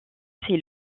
est